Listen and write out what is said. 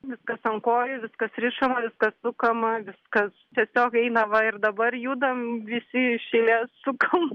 viskas ant kojų viskas rišama viskas sukama viskas tiesiog eina va ir dabar judame visi iš eilės sukam